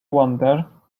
wonder